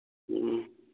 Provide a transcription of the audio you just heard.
ꯎꯝ